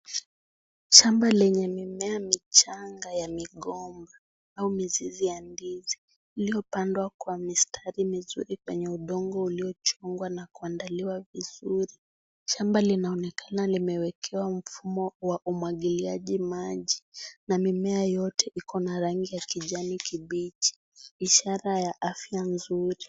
Shamba lenye mimea michanga ya migomba au mizizi ya ndizi, iliyopandwa kwa mistari mizuri kwenye udongo uliochongwa na kuandaliwa vizuri, shamba linaonekana limewekewa mfumo wa umwagiliaji maji na mimea yote iko na rangi ya kijani kibichi, ishara ya afya nzuri.